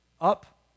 up